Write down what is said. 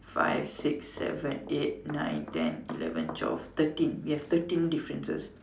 five six seven eight nine ten eleven twelve thirteen we have thirteen differences